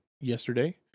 yesterday